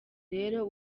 rero